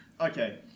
Okay